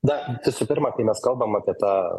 na visų pirma kai mes kalbam apie tą